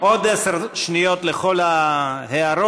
עוד עשר שניות לכל ההערות,